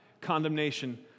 condemnation